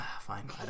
Fine